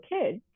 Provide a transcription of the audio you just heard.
kids